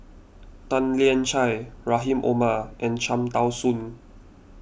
Tan Lian Chye Rahim Omar and Cham Tao Soon